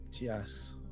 Yes